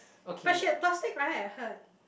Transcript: but she had plastic right I heard